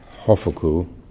Hofuku